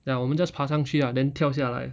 ya 我们 just 爬上去 ah then 跳下来